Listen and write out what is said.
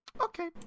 okay